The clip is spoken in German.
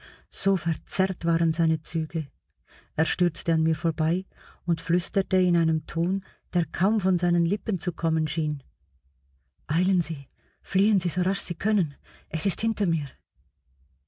so verzerrt waren seine züge er stürzte an mir vorbei und flüsterte in einem ton der kaum von seinen lippen zu kommen schien eilen sie fliehen sie so rasch sie können es ist hinter mir